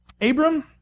abram